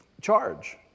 charge